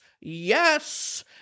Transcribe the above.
yes